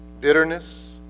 bitterness